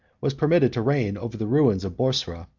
was permitted to reign over the ruins of boursa,